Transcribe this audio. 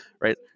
Right